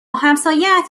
همسایهات